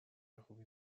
خوبی